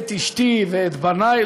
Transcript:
את אשתי ואת בני,